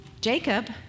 Jacob